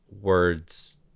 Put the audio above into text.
words